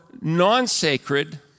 non-sacred